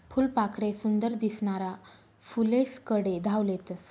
फुलपाखरे सुंदर दिसनारा फुलेस्कडे धाव लेतस